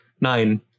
nine